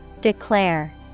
Declare